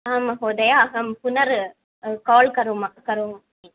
आम् महोदय अहं पुनः काळ् करोमि करोमि